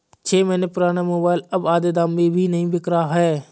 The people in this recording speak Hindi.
छह महीने पुराना मोबाइल अब आधे दाम में भी नही बिक रहा है